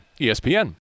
ESPN